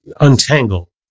untangle